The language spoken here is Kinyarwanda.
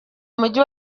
umujyi